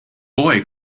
boy